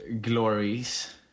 glories